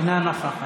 לא שומע.